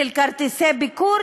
של כרטיסי ביקור,